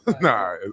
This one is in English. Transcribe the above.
Nah